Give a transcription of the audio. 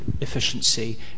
efficiency